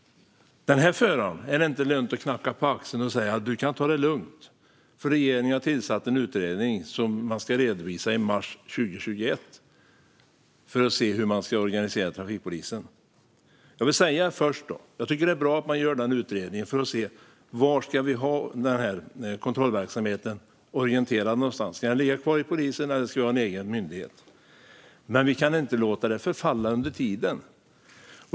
Det är inte lönt att knacka denna förare på axeln och säga: "Du kan ta det lugnt - regeringen har tillsatt en utredning som man ska redovisa i mars 2021 för att se hur man ska organisera trafikpolisen." Jag vill först säga att jag tycker att det är bra att man gör denna utredning för att se var vi ska ha denna kontrollverksamhet. Ska den ligga kvar hos polisen, eller ska den ha en egen myndighet? Men vi kan inte låta det förfalla under tiden.